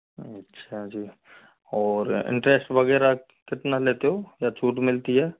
अच्छा जी और इन्ट्रेस्ट वगैरह कितना लेते हो या छूट मिलती है